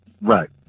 Right